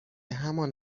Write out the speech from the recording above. همان